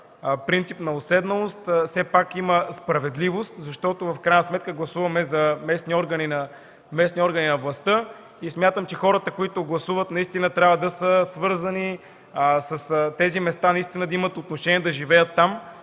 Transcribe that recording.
принцип на уседналост все пак има справедливост, защото в крайна сметка гласуваме за местни органи на властта и хората, които гласуват наистина трябва да са свързани с тези места, да имат отношение, да живеят там,